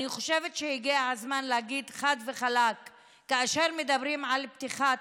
אני חושבת שהגיע הזמן להגיד חד וחלק שכאשר מדברים על פתיחת,